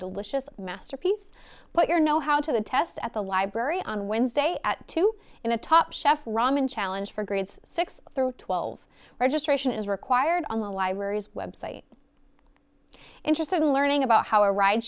delicious masterpiece but your know how to the test at the library on wednesday at two in the top chef rahman challenge for grades six through twelve registration is required on the library's website interested in learning about how a ride